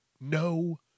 No